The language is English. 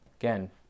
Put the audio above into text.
Again